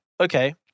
Okay